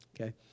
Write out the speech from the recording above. Okay